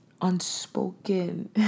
unspoken